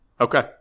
Okay